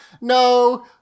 No